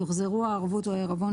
יוחזרו הערבות או העירבון,